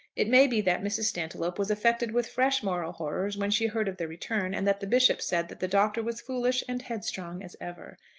it may be that mrs. stantiloup was affected with fresh moral horrors when she heard of the return, and that the bishop said that the doctor was foolish and headstrong as ever.